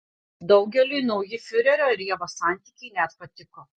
daugeliui nauji fiurerio ir ievos santykiai net patiko